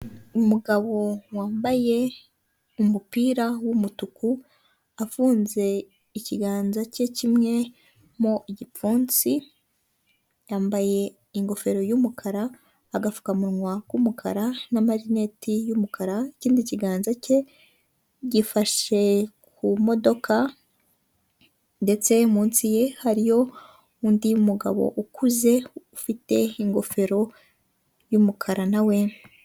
Umugabo wambaye ingofero y'ubururu amadarubindi, uri guseka wambaye umupira wumweru ndetse ufite mudasobwa mu ntoki ze. Ari ku gapapuro k'ubururu kandidikishijweho amagambo yumweru ndetse n'ayumuhondo yanditswe mu kirimi cyamahanga cyicyongereza.